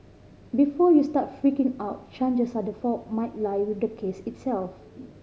before you start freaking out chances are the fault might lie with the case itself